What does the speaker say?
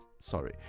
sorry